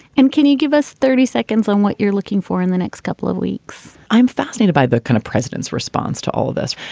and can you give us thirty seconds on what you're looking for in the next couple of weeks? i'm fascinated by the kind of president's response to all of this.